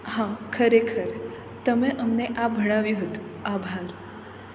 હા ખરેખર તમે અમને આ ભણાવ્યું હતું આભાર